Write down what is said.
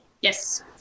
Yes